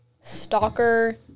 Stalker